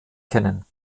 kennen